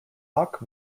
hawk